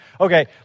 Okay